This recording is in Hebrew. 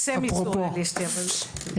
סוראליסטי,